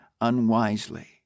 unwisely